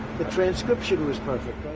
the transcription was perfect.